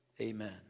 Amen